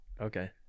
Okay